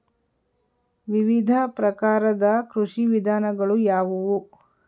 ವಿವಿಧ ಪ್ರಕಾರದ ಕೃಷಿ ವಿಧಾನಗಳು ಯಾವುವು?